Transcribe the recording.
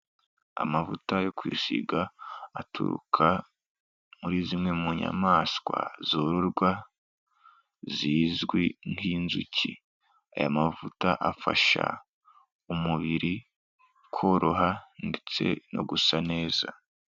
Amavuta yo kwisiga aturuka muri zimwe mu nyamaswa zororwa zizwi nk'inzuki, aya mavuta afasha umubiri koroha ndetse no gusa neza.